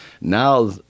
Now